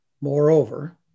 Moreover